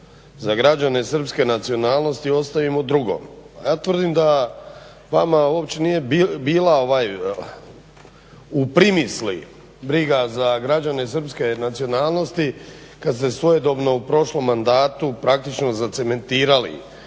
za građane srpske nacionalnosti ostavimo drugom. A ja tvrdim da vama uopće nije bila u primisli briga za građane srpske nacionalnosti kad ste svojedobno u prošlom mandatu praktično zacementirali